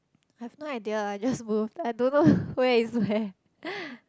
I have no idea I just moved I don't know where is where